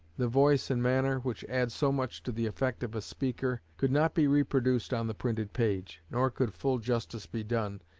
the voice and manner, which add so much to the effect of a speaker, could not be reproduced on the printed page nor could full justice be done,